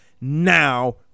now